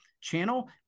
channel